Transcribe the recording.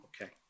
Okay